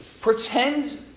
Pretend